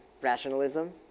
rationalism